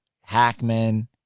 Hackman